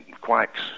quacks